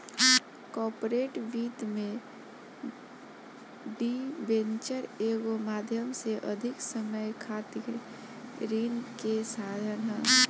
corporate वित्त में debenture एगो माध्यम से अधिक समय खातिर ऋण के साधन ह